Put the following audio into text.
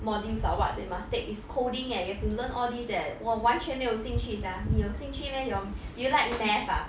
modules or what they must take is coding leh you have to learn all these leh 我完全没有兴趣 [sial] 你有兴趣 meh your you like math ah